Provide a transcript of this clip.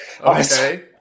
Okay